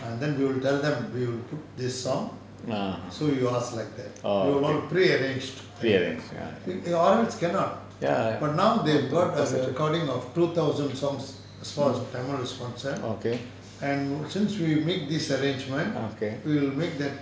and then we will tell them we'll put this song so you ask like that we will pre-arrange or else cannot but now they've got a recording of two thousand songs as far as tamil is concerned and since we make this arrangement we'll make that